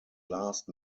last